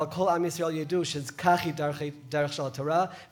אבל כל עם ישראל ידעו שכך היא דרכה של התורה,